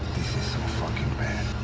fucking bad.